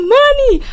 money